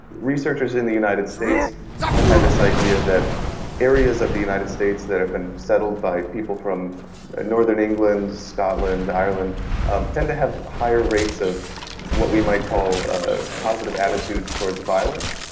researchers in the united states have had this idea that areas of the united states that have been settled by people from northern england, scotland, ireland um tend to have higher rates of what we might call ah positive attitudes towards violence,